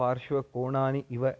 पार्श्वकोणानि इव